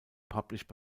published